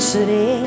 City